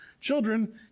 Children